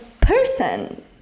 person